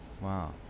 Wow